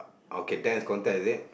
okay Dance Contest is it